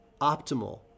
optimal